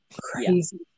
crazy